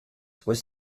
was